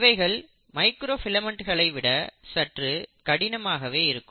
இவைகள் மைக்ரோ ஃபிலமெண்ட்களை விட சற்று கடினமாகவே இருக்கும்